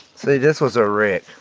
see this was a wreck.